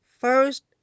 first